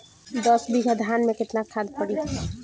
दस बिघा धान मे केतना खाद परी?